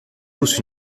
tous